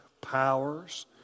powers